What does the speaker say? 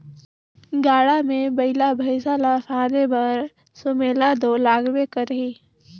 गाड़ा मे बइला भइसा ल फादे बर सुमेला दो लागबे करही